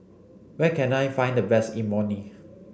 where can I find the best Imoni